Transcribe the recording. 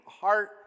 heart